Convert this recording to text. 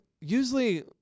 usually